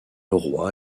roi